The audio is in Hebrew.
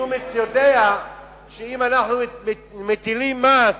וג'ומס יודע שאם אנחנו מטילים מס